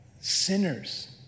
Sinners